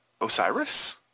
Osiris